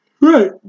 Right